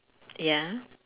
ya